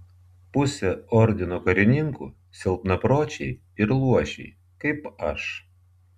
pusė ordino karininkų silpnapročiai ir luošiai kaip aš